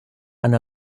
and